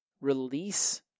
Release